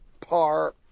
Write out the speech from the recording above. par